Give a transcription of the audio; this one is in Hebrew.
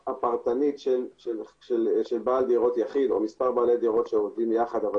הפרטנית של בעל דירות יחיד או מספר בעלי דירות שעובדים יחד אבל